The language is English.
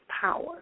power